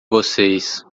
vocês